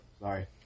Sorry